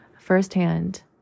firsthand